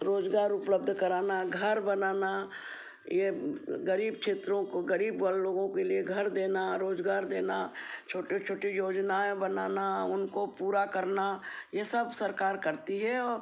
रोज़गार उपलब्ध कराना घर बनाना ये गरीब क्षेत्रों को गरीब वर्ग लोगों के लिए घर देना रोज़गार देना छोटी छोटी योजनाऍं बनाना उनकाे पूरा करना ये सब सरकार करती है और